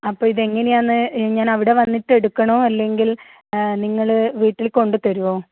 അപ്പോൾ ഇത് എങ്ങനെയാണ് ഞാൻ അവിടെ വന്നിട്ട് എടുക്കണോ അല്ലെങ്കിൽ നിങ്ങൾ വീട്ടിൽ കൊണ്ടുത്തരുമോ